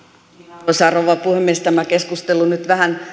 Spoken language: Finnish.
arvoisa rouva puhemies tämä keskustelu nyt vähän